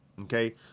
Okay